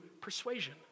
persuasion